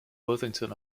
worthington